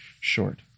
short